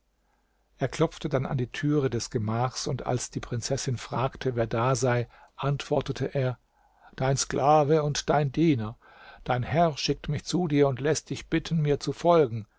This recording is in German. er klopfte dann an die türe des gemaches und als die prinzessin fragte wer da sei antwortete er dein sklave und dein diener dein herr schickt mich zu dir und läßt dich bitten mir zu folgen